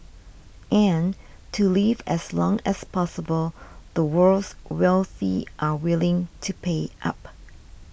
and to live as long as possible the world's wealthy are willing to pay up